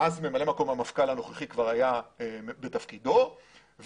אז ממלא מקום המפכ"ל הנוכחי כבר היה בתפקידו והוא